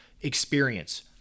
experience